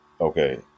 okay